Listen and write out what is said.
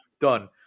done